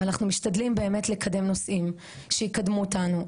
אבל אנחנו משתדלים באמת לקדם נושאים שיקדמו אותנו.